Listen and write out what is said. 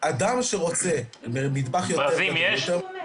אדם שרוצה מטבח יותר --- ברז מים יש?